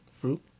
Fruit